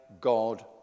God